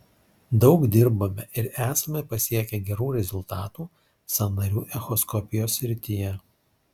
daug dirbame ir esame pasiekę gerų rezultatų sąnarių echoskopijos srityje